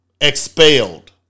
expelled